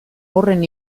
horren